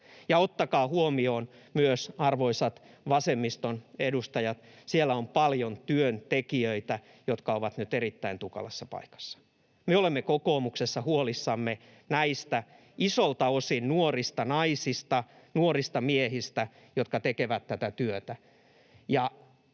ottakaa huomioon myös, arvoisat vasemmiston edustajat, että siellä on paljon työntekijöitä, jotka ovat nyt erittäin tukalassa paikassa. Me olemme kokoomuksessa huolissamme näistä isolta osin nuorista naisista ja nuorista miehistä, jotka tekevät tätä työtä,